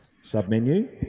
sub-menu